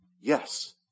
Yes